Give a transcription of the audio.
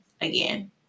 again